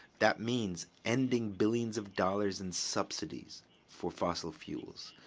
that means ending trillions of dollars in subsidies for fossil fuels.